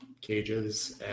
cages